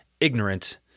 ignorant